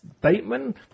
Bateman